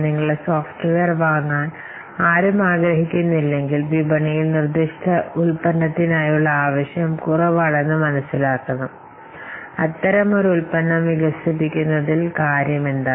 നിങ്ങളുടെ സോഫ്റ്റ്വെയർ വാങ്ങാൻ ആരും ആഗ്രഹിക്കുന്നില്ലെങ്കിൽ ഉൽപ്പന്നത്തിനായുള്ള ലഘുവായ ഡിമാൻഡ് വിലയിരുത്തേണ്ടതുണ്ട് ഉൽപ്പന്നങ്ങൾ വികസിപ്പിക്കുന്നതിൽ കാര്യമെന്താണ്